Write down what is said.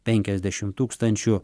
penkiasdešimt tūkstančių